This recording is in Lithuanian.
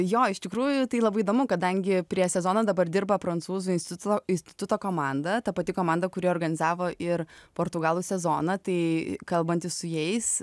jo iš tikrųjų tai labai įdomu kadangi prieš sezoną dabar dirba prancūzų instituto instituto komanda ta pati komanda kuri organizavo ir portugalų sezoną tai kalbantis su jais